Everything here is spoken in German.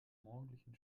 morgendlichen